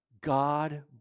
God